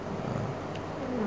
uh